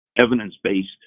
evidence-based